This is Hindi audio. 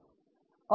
ठीक है